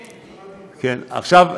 כן, אני,